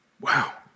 Wow